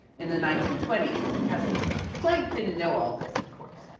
in the nineteen twenty s as a pesticide. planck didn't know all this, of course.